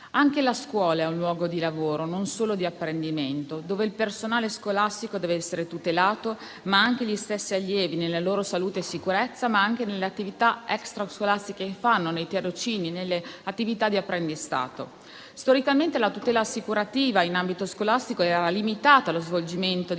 Anche la scuola è un luogo di lavoro, non solo di apprendimento, dove il personale scolastico deve essere tutelato, ma anche gli stessi allievi nella loro salute e sicurezza, nelle attività extra scolastiche, nei tirocini e nelle attività di apprendistato. Storicamente la tutela assicurativa in ambito scolastico era limitata allo svolgimento di esperienze